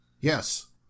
Yes